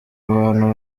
abantu